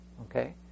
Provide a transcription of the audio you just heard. okay